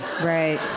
Right